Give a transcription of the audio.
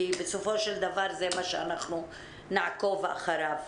כי בסופו של דבר זה מה שאנחנו נעקוב אחריו.